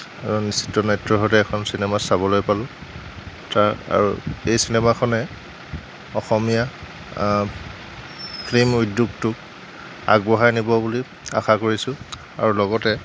চিত্ৰনাট্য়ৰ সতে এখন চিনেমা চাবলৈ পালোঁ তাৰ আৰু এই চিনেমাখনে অসমীয়া ফিল্ম উদ্যোগটোক আগবঢ়াই নিব বুলি আশা কৰিছোঁ আৰু লগতে